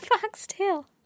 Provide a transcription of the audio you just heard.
Foxtail